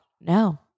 no